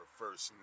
first